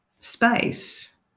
space